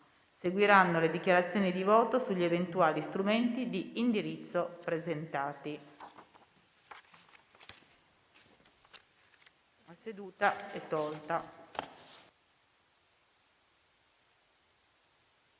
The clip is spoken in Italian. Seguiranno le dichiarazioni di voto sugli eventuali strumenti di indirizzo presentati. **Atti